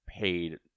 paid